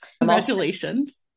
Congratulations